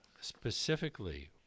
specifically